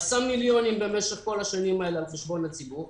עשה מיליונים כל השנים האלה על חשבון הציבור,